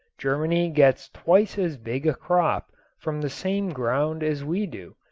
germany gets twice as big a crop from the same ground as we do,